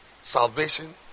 salvation